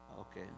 Okay